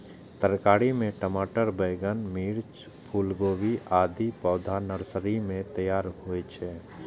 तरकारी मे टमाटर, बैंगन, मिर्च, फूलगोभी, आदिक पौधा नर्सरी मे तैयार होइ छै